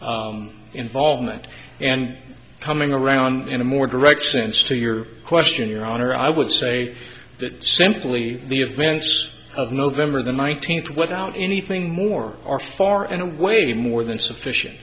or involvement and humming around in a more direct sense to your question your honor i would say that simply the events of november the nineteenth without anything more are far and away more than sufficient